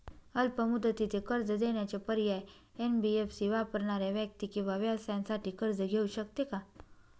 अल्प मुदतीचे कर्ज देण्याचे पर्याय, एन.बी.एफ.सी वापरणाऱ्या व्यक्ती किंवा व्यवसायांसाठी कर्ज घेऊ शकते का?